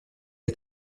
est